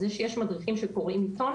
זה שיש מדריכים שקוראים עיתון,